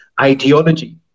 ideology